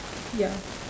ya